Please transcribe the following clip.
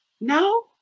No